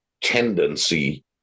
tendency